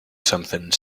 something